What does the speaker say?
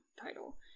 title